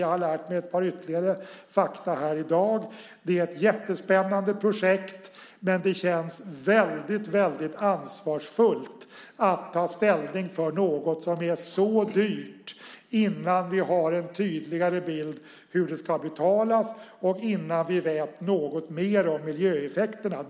Jag har lärt mig ett par ytterligare fakta här i dag. Det är ett jättespännande projekt. Det känns dock väldigt ansvarsfullt att ta ställning för något som är så dyrt innan vi har en tydligare bild av hur det ska betalas och vet något mer om miljöeffekterna.